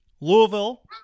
Louisville